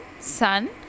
Sun